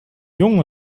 jung